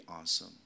awesome